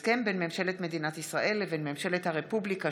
הסכם בין ממשלת מדינת ישראל לבין ממשלת הרפובליקה